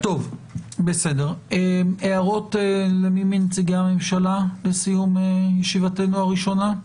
הערות מנציגי הממשלה לסיום ישיבתנו הראשונה?